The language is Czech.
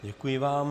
Děkuji vám.